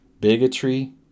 bigotry